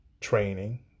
training